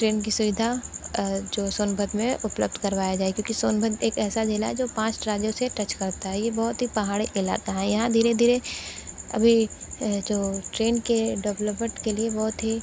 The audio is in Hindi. ट्रेन की सुविधा जो सोनभद्र में उपलब्ध करवाया जाए क्योंकि सोनभद्र एक ऐसा जिला है जो पाँच राज्यों से टच करता है ये बहुत ही पहाड़ी इलाका है यहाँ धीरे धीरे अभी जो ट्रेन के डेवलपमेंट के लिए बहुत ही